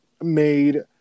made